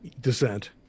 dissent